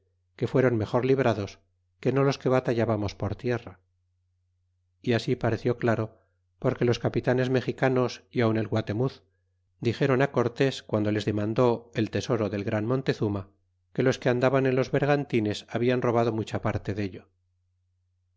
que fuéron mejor librados que no los que batallábamos por tierra y ast pareció claro porque los capitanes mexicanos y aun el guatemuz dixdron á cortés guando les demandó et tesoro del gran montezuma que los que andaban en los bergantines habian robado mucha parte dello